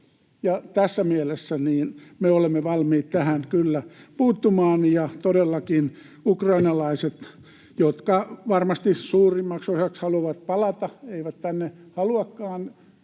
Tässä mielessä me olemme valmiit tähän kyllä puuttumaan. Ja todellakin ukrainalaiset, jotka varmasti suurimmaksi osaksi haluavat palata, eivät tänne haluakaan